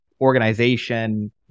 organization